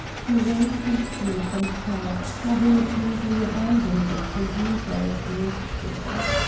who rose hastily from a chair, having apparently abandoned the perusal of a newspaper.